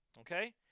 Okay